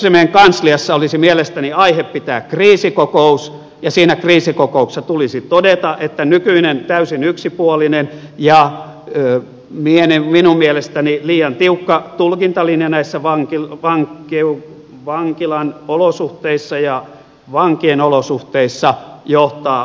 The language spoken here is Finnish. oikeusasiamiehen kansliassa olisi mielestäni aihe pitää kriisikokous ja siinä kriisikokouksessa tulisi todeta että nykyinen täysin yksipuolinen ja minun mielestäni liian tiukka tulkintalinja näissä vankilan olosuhteissa ja vankien olosuhteissa johtaa mahdottomiin tulkintoihin